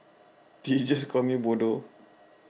did you just call me bodoh